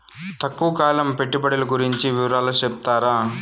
తక్కువ కాలం పెట్టుబడులు గురించి వివరాలు సెప్తారా?